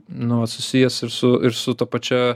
nu vat susijęs ir su ir su ta pačia